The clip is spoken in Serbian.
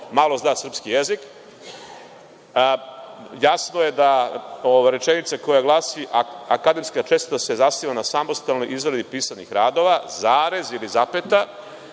malo zna srpski jezik, jasno je da ova rečenica koja glasi – akademska čestitost se zasniva na samostalnoj izradi pisanih radova, kao i na